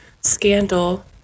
Scandal